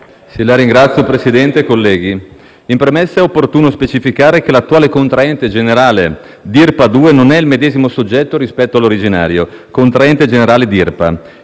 Signor Presidente, colleghi, in premessa è opportuno specificare che l'attuale contraente generale, Dirpa 2, non è il medesimo soggetto rispetto all'originario contraente generale Dirpa.